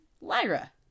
Lyra